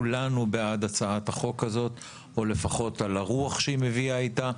כולנו בעד הצעת החוק הזאת או לפחות בעד הרוח שהיא מביאה איתה.